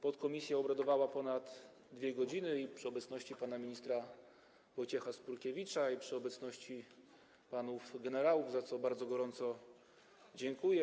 Podkomisja obradowała ponad 2 godziny w obecności pana ministra Wojciecha Skurkiewicza i obecności panów generałów, za co bardzo gorąco dziękuję.